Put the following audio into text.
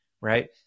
right